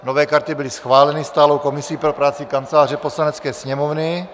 Nové karty byly schváleny stálou komisí pro práci Kanceláře Poslanecké sněmovny.